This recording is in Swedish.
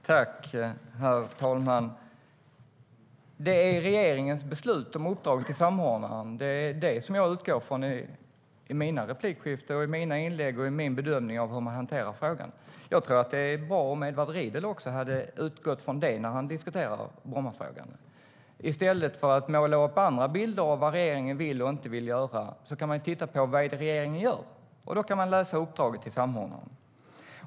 Herr talman! Det är regeringens beslut om uppdraget till samordnaren som jag utgår från i mina inlägg och i min bedömning av hur man hanterar frågan. Jag tror att det hade varit bra om Edward Riedl hade utgått från det när han diskuterar Brommafrågan. I stället för att måla upp andra bilder av vad regeringen vill och inte vill göra kan man titta på vad regeringen gör. Då kan man läsa uppdraget till samordnaren.